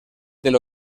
del